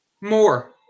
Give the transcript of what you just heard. More